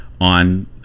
on